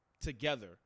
together